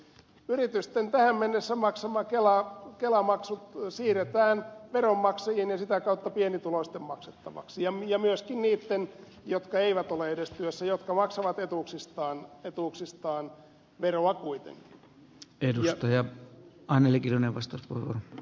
yritysten tähän mennessä maksama kelamaksu siirretään veronmaksajien ja sitä kautta pienituloisten maksettavaksi ja myöskin niitten jotka eivät ole edes työssä mutta jotka maksavat etuuksistaan veroa kuitenkin